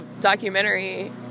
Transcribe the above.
documentary